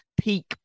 peak